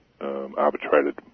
arbitrated